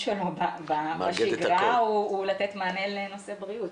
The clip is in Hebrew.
של קול הבריאות בשגרה הוא לתת תשובה בנושא בריאות.